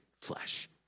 flesh